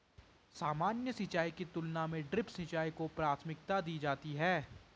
सामान्य सिंचाई की तुलना में ड्रिप सिंचाई को प्राथमिकता दी जाती है